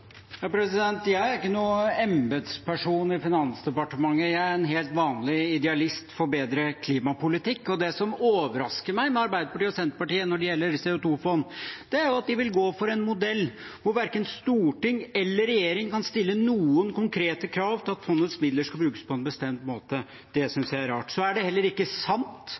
i Finansdepartementet, jeg er en helt vanlig idealist for bedre klimapolitikk. Det som overrasker meg med Arbeiderpartiet og Senterpartiet når det gjelder CO2-fond, er at de vil gå for en modell hvor hverken storting eller regjering kan stille noen konkrete krav til at fondets midler skal brukes på en bestemt måte. Det synes jeg er rart. Det er heller ikke sant